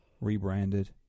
rebranded